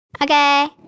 Okay